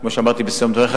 כמו שאמרת בסיום דבריך,